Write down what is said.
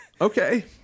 Okay